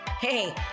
Hey